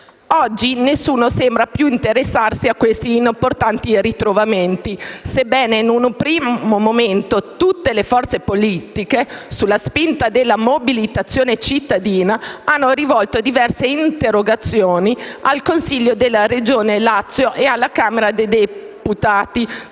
Oggi nessuno sembra più interessarsi a questi importanti ritrovamenti sebbene, in un primo momento, tutte le forze politiche, sulla spinta della mobilitazione cittadina, abbiano presentato diverse interrogazioni al Consiglio della Regione Lazio e alla Camera dei deputati